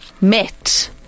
met